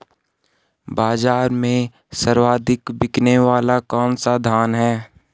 बाज़ार में सर्वाधिक बिकने वाला कौनसा धान है?